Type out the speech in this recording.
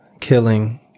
killing